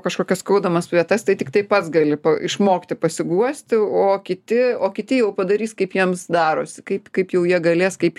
kažkokias skaudamas vietas tai tiktai pats gali išmokti pasiguosti o kiti o kiti jau padarys kaip jiems darosi kaip kaip jau jie galės kaip